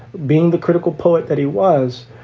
being the critical poet that he was,